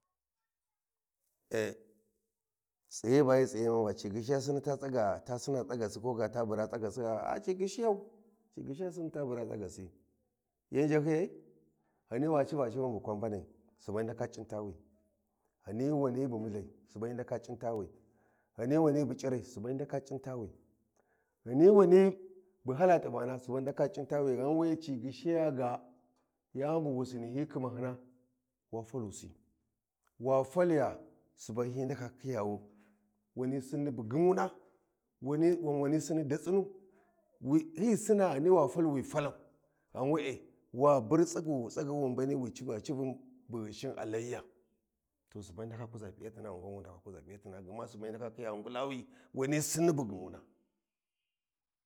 tsigyi ba hi tsigyiman ci gyishiya sinni ta tsiga ta sina tsaghi koga ta bura tsagasi gha a ci gyashiyau ci gyishiyau sini ta bura tsagasi yan ghahiyai ghani wa kwa civa civun bu kwa inbanai suban ndake c’intawi ghani wani bu mulhai suban ndake c’inta wi ghan wani bu hala c’ivana suban ndake khiya wu wani sinni hi khimahyina wa falusi, wa faliya suban hindake khiya wu wani sinni bu ghumuna wan wani sinni datsunu wi sinna ghani wa tal wi falau ghan we’e wa bur tsaghu tsagi wi mbani wi civa civun bu ghinshi a layiya to suban ndake kuza p’iyatina gma suban hi ndake khiya ngulawi wani sinni bu ngumuna